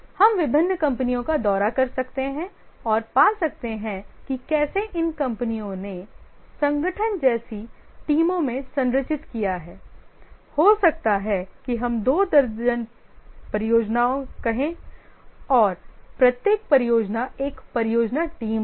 हम विभिन्न कंपनियों का दौरा कर सकते हैं और पा सकते हैं कि कैसे इन कंपनियों ने संगठन जैसी टीमों में संरचित किया है हो सकता है कि हम दो दर्जन परियोजनाएं कहें और प्रत्येक परियोजना एक परियोजना टीम होगी